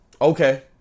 okay